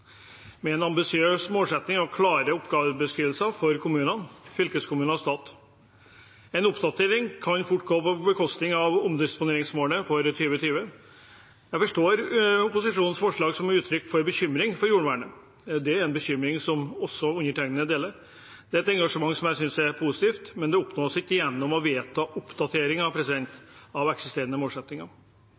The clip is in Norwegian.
med en ambisiøs målsetting og klare oppgavebeskrivelser for kommuner, fylkeskommuner og stat. En oppdatering kan fort gå på bekostning av omdisponeringsmålet for 2020. Jeg forstår opposisjonens forslag som uttrykk for bekymring for jordvernet. Det er en bekymring som undertegnede deler. Det er et engasjement som jeg synes er positivt, men det oppnås ikke gjennom å vedta oppdateringer av eksisterende målsettinger.